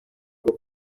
rwo